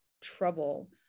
trouble